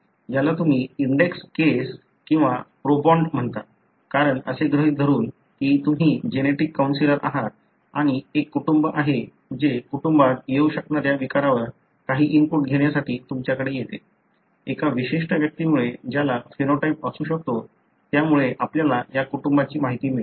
याला तुम्ही index case किंवा प्रोबँड म्हणता कारण असे गृहीत धरून की तुम्ही जेनेटिक कौन्सलर आहात आणि एक कुटुंब आहे जे कुटुंबात येऊ शकणाऱ्या विकारावर काही इनपुट घेण्यासाठी तुमच्याकडे येते एका विशिष्ट व्यक्तीमुळे ज्याला फेनोटाइप असू शकतो त्यामुळे आपल्याला या कुटुंबाची माहिती मिळेल